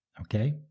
okay